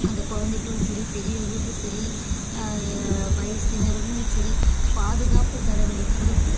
அந்த குழந்தைகளுக்கும் சரி பெரியவர்களுக்கும் சரி வயசினரும் சரி பாதுகாப்பு தரவேண்டிய பொறுப்பு